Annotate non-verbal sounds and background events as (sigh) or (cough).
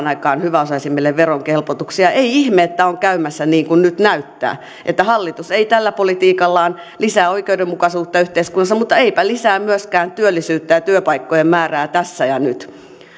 (unintelligible) aikaan hyväosaisimmille verohelpotuksia ei ihme että on käymässä niin kuin nyt näyttää että hallitus tällä politiikallaan ei lisää oikeudenmukaisuutta yhteiskunnassa mutta eipä lisää myöskään työllisyyttä ja työpaikkojen määrää tässä ja nyt